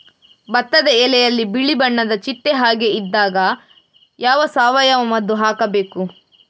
ಭತ್ತದ ಎಲೆಯಲ್ಲಿ ಬಿಳಿ ಬಣ್ಣದ ಚಿಟ್ಟೆ ಹಾಗೆ ಇದ್ದಾಗ ಯಾವ ಸಾವಯವ ಮದ್ದು ಹಾಕಬೇಕು?